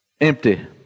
empty